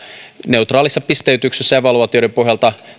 neutraalissa pisteytyksessä ja evaluaatioiden pohjalta pystyvät esittämään